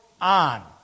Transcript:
on